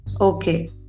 Okay